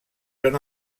són